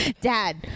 Dad